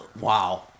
Wow